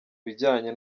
bijyanye